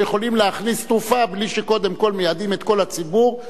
לא יכולים להכניס תרופה בלי שקודם כול מיידעים את כל הציבור.